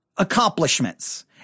accomplishments